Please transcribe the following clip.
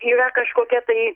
yra kažkokia tai